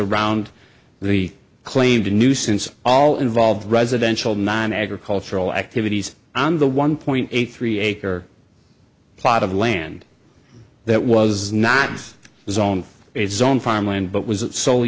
around the claim to nuisance all involved residential nine agricultural activities on the one point eight three acre plot of land that was not his own its own farmland but was it solely